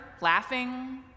laughing